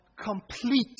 complete